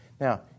Now